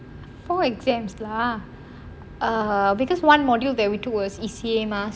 four exams lah err because one module that we took was E_C_A mah